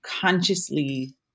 consciously